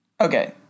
Okay